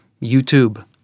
YouTube